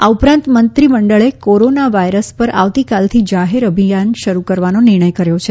આ ઉપરાંત મંત્રીમંડળે કોરોનો વાયરસ પર આવતીકાલથી જાહેર અભિયાન શરૂ કરવાનો નિર્ણય કર્યો છે